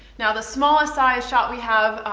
now the smallest size shot we have,